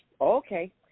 Okay